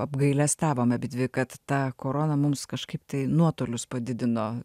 apgailestavom abidvi kad ta korona mums kažkaip tai nuotolius padidino